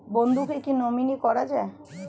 বন্ধুকে কী নমিনি করা যায়?